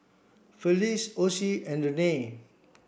Felice Ocie and Renae